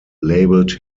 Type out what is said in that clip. labelled